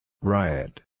Riot